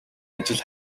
ажил